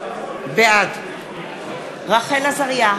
בעד רחל עזריה,